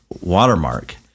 watermark